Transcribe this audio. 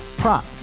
Prop